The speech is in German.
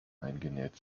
eingenäht